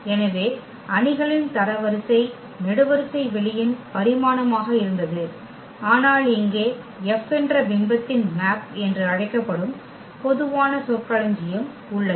எனவே அணிகளின் தரவரிசை நெடுவரிசை வெளியின் பரிமாணமாக இருந்தது ஆனால் இங்கே F என்ற பிம்பத்தின் மேப் என்று அழைக்கப்படும் பொதுவான சொற்களஞ்சியம் உள்ளது